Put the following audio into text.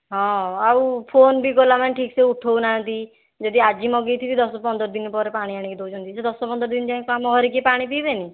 ହଁ ଆଉ ଫୋନ୍ ବି କଲା ମାନେ ଠିକ୍ ସେ ଉଠାଉନାହାନ୍ତି ଯଦି ଆଜି ମଗେଇଥିବି ଦଶ ପନ୍ଦର ଦିନ ପରେ ପାଣି ଆଣିକି ଦେଉଛନ୍ତି ସେ ଦଶ ପନ୍ଦର ଦିନ ଯାଏଁ କ'ଣ ଆମ ଘରେ କିଏ ପାଣି ପିଇବେନି